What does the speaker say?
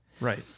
Right